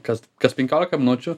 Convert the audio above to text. kas kas penkiolika minučių